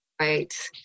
Right